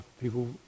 people